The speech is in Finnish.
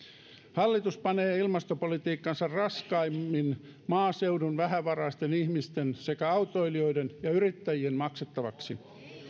hallitus panee ilmastopolitiikkansa raskaimmin maaseudun vähävaraisten ihmisten sekä autoilijoiden ja yrittäjien maksettavaksi